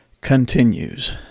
continues